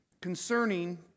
concerning